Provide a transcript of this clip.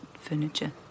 furniture